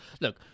look